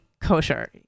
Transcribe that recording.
kosher